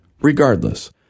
regardless